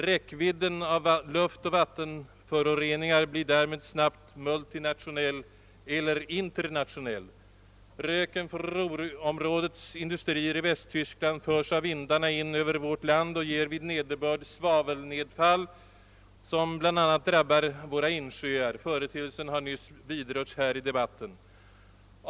Räckvidden av luftoch vattenföroreningar blir därmed snabbt multinationell eller internationell. Röken från Ruhrområdets industrier i Västtyskland förs av vindarna in över vårt land och ger vid nederbörd svavelnedfall, som bl.a. drabbar våra insjöar. Företeelsen har nyss vidrörts här i debatten.